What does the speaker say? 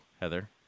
Heather